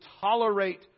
tolerate